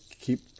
keep